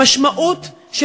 המשמעות של,